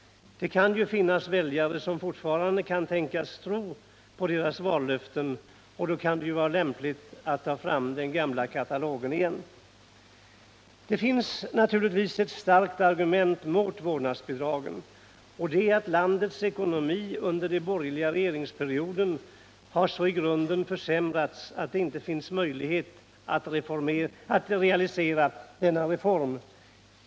Det kan ju finnas väljare som fortfarande kan tänkas tro på deras vallöften, och då kan det ju vara lämpligt att ta fram den gamla katalogen igen. Det finns naturligtvis ett starkt argument mot vårdnadsbidragen, och det är att landets ekonomi under den borgerliga regeringsperioden så i grunden försämrats att det inte finns möjlighet att realisera denna reform.